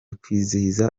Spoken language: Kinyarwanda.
kwizihiza